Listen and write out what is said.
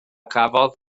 gafodd